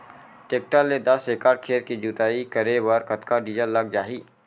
Tractor ले दस एकड़ खेत के जुताई करे बर कतका डीजल लग जाही?